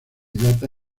data